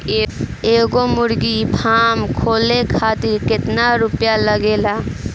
एगो मुर्गी फाम खोले खातिर केतना रुपया लागेला?